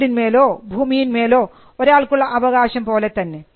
വീടിന്മേലോ ഭൂമിയിന്മേലോ ഒരാൾക്കുള്ള അവകാശം പോലെ തന്നെ